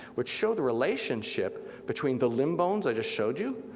which show the relationship between the limb bones i just showed you,